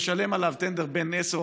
טנדר בן 10,